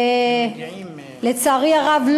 לצערי הרב,